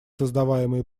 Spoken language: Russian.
создаваемые